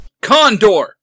Condor